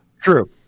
True